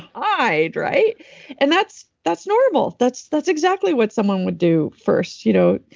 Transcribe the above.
hide. right? and that's that's normal. that's that's exactly what someone would do first. you know?